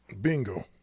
Bingo